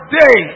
day